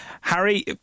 Harry